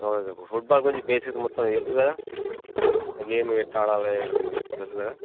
okay అమ్మ football గురించి basic మొత్తం నీకు తెలుసు కదా ఆ గేమ్ ఎట్ట ఆడాలి ఇవన్నీ తెలుసు కదా